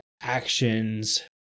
actions